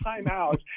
timeout